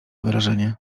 wyrażenie